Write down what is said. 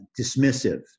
dismissive